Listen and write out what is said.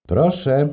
Proszę